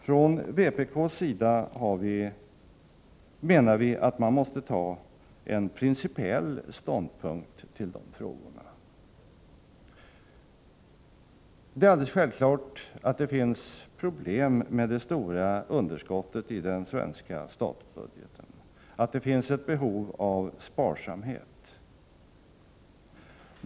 Från vpk:s sida menar vi att man måste ta ställning principiellt till de frågorna. Det är självklart att det finns problem med det stora underskottet i den svenska statsbudgeten, att det finns ett behov av sparsamhet.